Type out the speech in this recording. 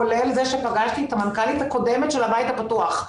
כולל זה שפגשתי את המנכ"לית הקודמת של הבית הפתוח,